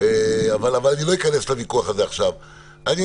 יואב, הפתרון הזה על השולחן ואני דוחף אותו, יש